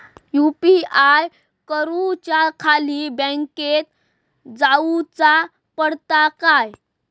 UPI करूच्याखाती बँकेत जाऊचा पडता काय?